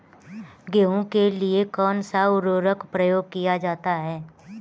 गेहूँ के लिए कौनसा उर्वरक प्रयोग किया जाता है?